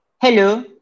Hello